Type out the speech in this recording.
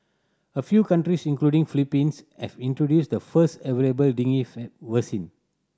a few countries including Philippines have introduced the first available vaccine